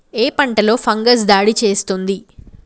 ఏ పంటలో ఫంగస్ దాడి చేస్తుంది?